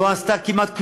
לא עשתה כמעט כלום,